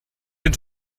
den